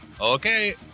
Okay